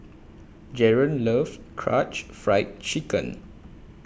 Jaron loves Karaage Fried Chicken